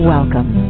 Welcome